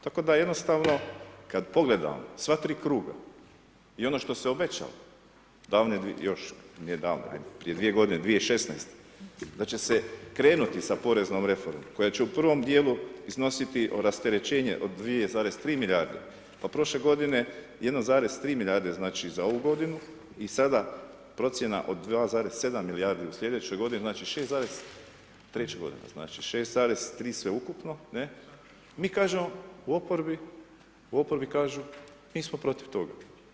Tako da jednostavno kad pogledam sva tri kruga i ono što se obećalo davne još, nije davne prije 2 godine 2016. da će se krenuti sa poreznom reformom koja će u prvom dijelu iznositi rasterećenje od 2,3 milijarde a prošle godine 1,3 milijarde znači za ovu godinu i sada procjena od 2,7 milijardi u slijedećoj godini znači 6, treća godina znači 6,3 sveukupno ne mi kažemo, u oporbi, u oporbi kažu mi smo protiv toga.